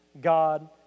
God